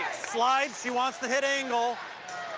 slice. she wants to hit angle.